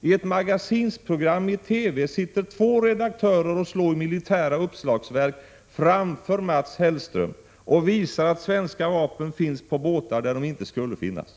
I ett magasinsprogram i TV sitter två redaktörer och slår i militära uppslagsverk framför Mats Hellström och visar att svenska vapen finns på båtar där de inte skulle finnas.